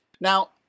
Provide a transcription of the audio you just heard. Now